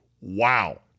Wow